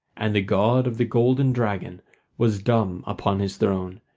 and the god of the golden dragon was dumb upon his throne,